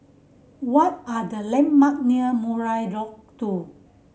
what are the landmark near Murai Lodge Two